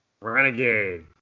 Renegade